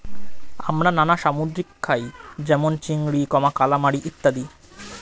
আমরা নানা সামুদ্রিক খাই যেমন চিংড়ি, কালামারী ইত্যাদি